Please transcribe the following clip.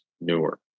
newer